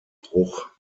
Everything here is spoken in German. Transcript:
bruch